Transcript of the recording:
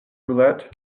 roulette